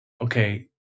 okay